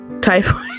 Typhoid